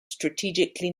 strategically